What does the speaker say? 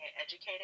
educated